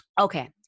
Okay